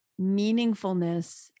meaningfulness